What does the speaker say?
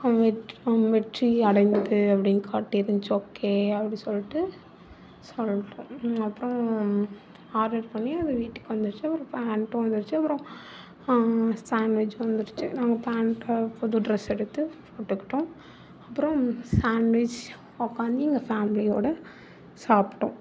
வெற்றி அடைந்தது அப்படினு காட்டிருஞ்ச்சு ஓகே அப்படி சொல்லிட்டு சொல்லிட்டோம் அப்புறம் ஆடர் பண்ணி அது வீட்டுக்கு வந்துருச்சு அப்புறம் பேண்டும் வந்துருச்சு அப்புறம் சான்வெஜ்ஜும் வந்துருச்சு நாங்கள் பேண்டை புது டிரஸ் எடுத்து போட்டுக்கிட்டோம் அப்புறம் சான்வெஜ் உட்காந்தி எங்கள் ஃபேம்லியோட சாப்பிட்டோம்